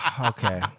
Okay